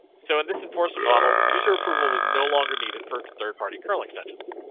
so in this enforcement model user approval is no longer needed for third party kernel extensions.